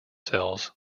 cells